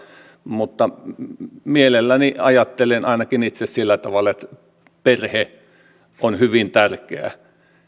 mutta mielelläni ajattelen ainakin itse sillä tavalla että perhe on hyvin tärkeä